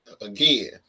again